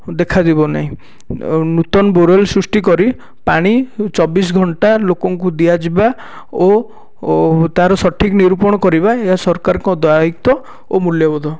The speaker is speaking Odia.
ଦେଖାଯିବ ନାହିଁ ନୂତନ ବୋରୱେଲ ସୃଷ୍ଟି କରି ପାଣି ଚବିଶ ଘଣ୍ଟା ଲୋକଙ୍କୁ ଦିଆଯିବା ଓ ତା ର ସଠିକ୍ ନିରୂପଣ କରିବା ଏହା ସରକାରଙ୍କ ଦାୟିତ୍ଵ ଓ ମୂଲ୍ୟବୋଧ